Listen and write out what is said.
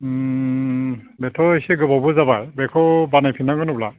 ओम बेथ' एसे गोबावबो जाबाय बेखौ बानायफिननांगोन अब्ला